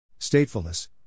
Statefulness